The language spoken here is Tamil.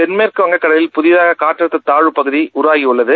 தென்மேற்கு வங்கக்கடலில் புதிதாக காற்றழுத்தப் தாழ்வுப் பகுதி உருவாகியுள்ளது